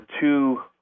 two